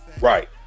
Right